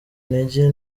intege